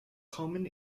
common